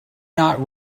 not